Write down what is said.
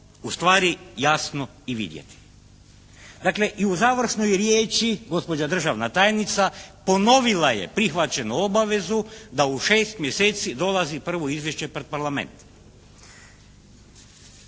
ustvari jasno i vidjeti.". Dakle i u završnoj riječi gospođa državna tajnica ponovila je prihvaćenu obavezu da u 6 mjeseci dolazi prvo izvješće pred Parlament.